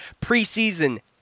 preseason